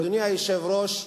אדוני היושב-ראש,